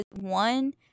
one